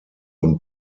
und